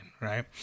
right